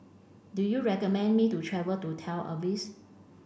do you recommend me to travel to Tel Aviv